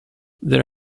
their